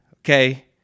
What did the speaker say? okay